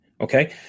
Okay